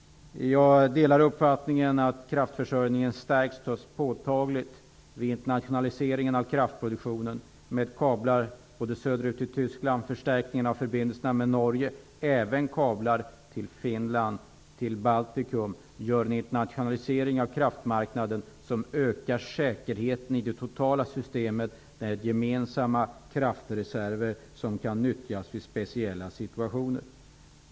Jag delar uppfattningen att kraftförsörjningen stärks högst påtagligt vid internationaliseringen av kraftproduktionen. Kablar söderut till Tyskland, en förstärkning av förbindelserna med Norge och även kablar till Baltikum utgör en internationalisering av kraftmarknaden som ökar säkerheten i det totala systemet med gemensamma kraftreserver som kan nyttjas i speciella situationer.